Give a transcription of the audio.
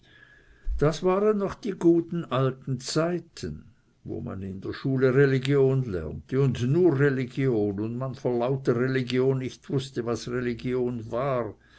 das waren noch die guten alten zeiten wo man in der schule religion lernte und nur religion und man vor lauter religion nicht wußte was religion war